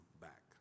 back